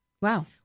Wow